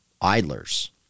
idlers